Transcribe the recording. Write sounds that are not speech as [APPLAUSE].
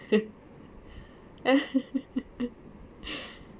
[LAUGHS]